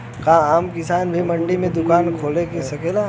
का आम किसान भी मंडी में दुकान खोल सकेला?